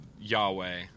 Yahweh